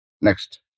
Next